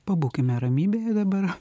pabūkime ramybėje dabar